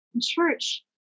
Church